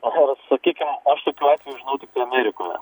ir sakykim aš tokių atvejų žinau tiktai amerikoje